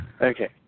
Okay